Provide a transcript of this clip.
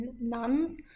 nuns